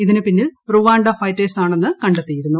ഇതിന് പിന്നിൽ Rwanda fighters ആണെന്ന് കണ്ടെത്തിയിരുന്നു